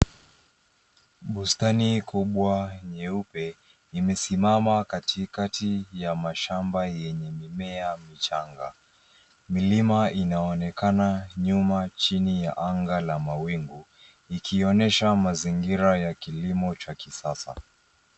Bustani kubwa nyeupe imesimama katikati ya mashamba yenye mimea michanga. Milima inaonekana nyuma chini ya anga la mawingu ikionyesha mazingira ya kilimo cha kisasa.